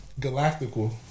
Galactical